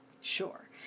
Sure